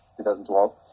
2012